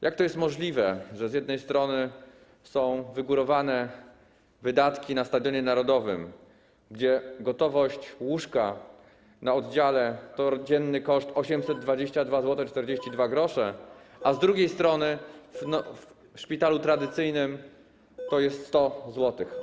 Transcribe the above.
Jak to jest możliwe, że z jednej strony są wygórowane wydatki na Stadionie Narodowym, gdzie gotowość łóżka na oddziale to dzienny koszt 822,42 zł, a z drugiej strony w szpitalu tradycyjnym to jest 100 zł?